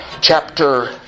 Chapter